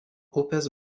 upės